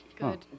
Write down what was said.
Good